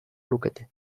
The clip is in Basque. lukete